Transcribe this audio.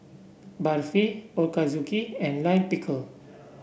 Barfi Ochazuke and Lime Pickle